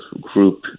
group